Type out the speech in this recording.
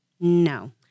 No